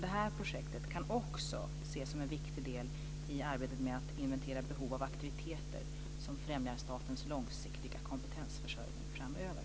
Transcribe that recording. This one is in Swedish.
Det här projektet kan också ses som en viktig del i arbetet med att inventera behov av aktiviteter som främjar statens långsiktiga kompetensförsörjning framöver.